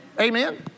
Amen